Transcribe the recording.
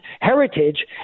heritage